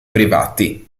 privati